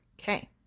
Okay